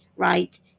Right